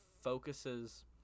focuses